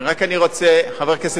חבר הכנסת ביבי,